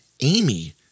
Amy